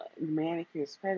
manicures